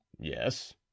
Yes